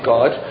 God